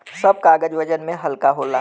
सब कागज वजन में हल्का होला